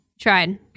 Tried